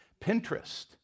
pinterest